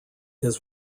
his